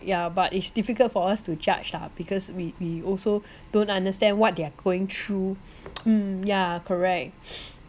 yeah but it's difficult for us to judge lah because we we also don't understand what they are going through mm ya correct